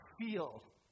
feel